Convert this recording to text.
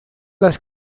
las